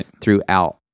throughout